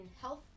health